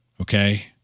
Okay